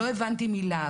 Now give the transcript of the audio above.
לא הבנתי מילה,